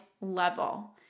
level